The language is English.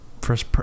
first